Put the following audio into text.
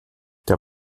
der